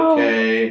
Okay